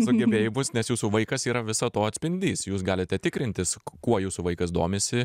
sugebėjimus nes jūsų vaikas yra viso to atspindys jūs galite tikrintis kuo jūsų vaikas domisi